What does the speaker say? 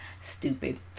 Stupid